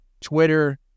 Twitter